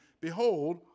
behold